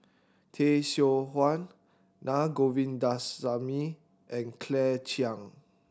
Tay Seow Huah Naa Govindasamy and Claire Chiang